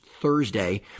Thursday